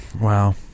Wow